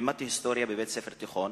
לימדתי היסטוריה בבית-ספר תיכון,